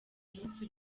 munsi